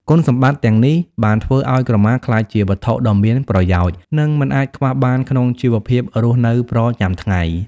គុណសម្បត្តិទាំងនេះបានធ្វើឱ្យក្រមាក្លាយជាវត្ថុដ៏មានប្រយោជន៍ និងមិនអាចខ្វះបានក្នុងជីវភាពរស់នៅប្រចាំថ្ងៃ។